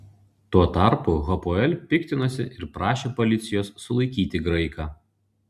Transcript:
tuo tarpu hapoel piktinosi ir prašė policijos sulaikyti graiką